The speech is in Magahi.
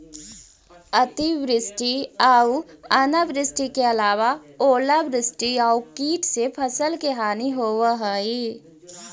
अतिवृष्टि आऊ अनावृष्टि के अलावा ओलावृष्टि आउ कीट से फसल के हानि होवऽ हइ